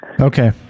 okay